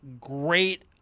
great